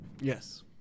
Yes